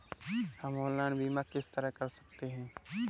हम ऑनलाइन बीमा किस तरह कर सकते हैं?